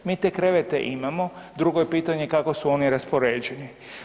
Mi te krevete imamo, drugo je pitanje kako su oni raspoređeni.